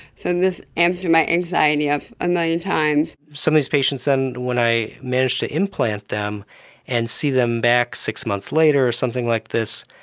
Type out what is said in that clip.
so this amped my anxiety up a million times. some of these patients then when i managed to implant them and see them back six months later, something like this,